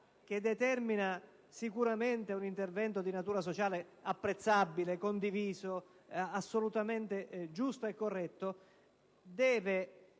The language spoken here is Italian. che determina sicuramente un intervento di natura sociale apprezzabile, condiviso, assolutamente giusto e corretto - deve